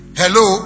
hello